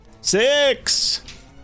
six